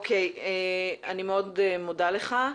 אוקיי, אני מאוד מודה לך.